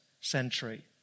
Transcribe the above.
century